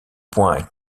point